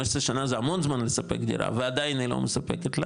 15 שנה זה המון זמן לספק דירה ועדיין היא לא מספקת לה